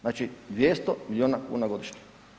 Znači 200 milijuna kuna godišnje.